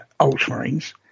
Ultramarines